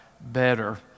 better